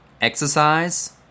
Exercise